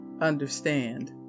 understand